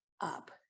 up